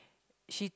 she